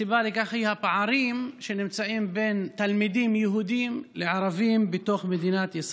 הסיבה לכך היא הפערים בין תלמידים יהודים לערבים בתוך מדינת ישראל.